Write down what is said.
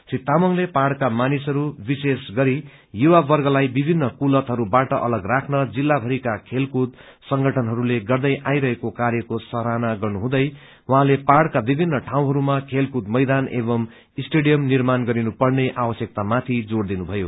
श्री तामाङले मानिसहरू विशेष गरि युवा र्वगलाई विभिन्न कुलतहरूबाट अलग राख्न जिल्लाभरिका खेलकूद संगठनहरूले गर्दै आई रहेको कायको सराहना गर्नु हुँदे उहाँले पहाड़का विभिन्न ठाउँहरूमा खेलकूद मैदान एंव स्टेडियम निर्माण गरिनु पर्ने आवश्यक्तमाथि जोड़ दिनु भयो